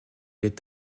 est